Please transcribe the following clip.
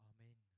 Amen